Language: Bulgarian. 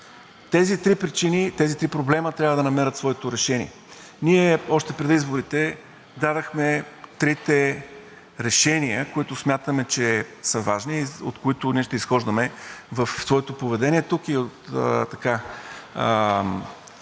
Тези три причини, тези три проблема трябва да намерят своето решение. Ние още преди изборите дадохме трите решения, които смятаме, че са важни и от които ние ще изхождаме в своето поведение тук и при